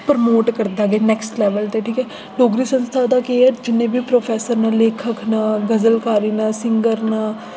promote करदा के next level ते ठीक ऐ डोगरी संस्था दा केह् ऐ जिन्ने बी प्रोफैसर न लेखक न गजलकारी न सिंगर न